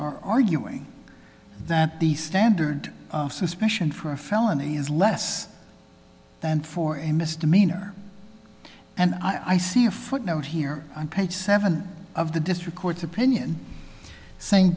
are arguing that the standard of suspicion for a felony is less than for a misdemeanor and i see a footnote here on page seven of the district court's opinion sa